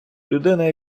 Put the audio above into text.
людина